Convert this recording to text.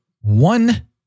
one